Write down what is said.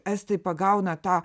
estai pagauna tą